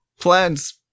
plans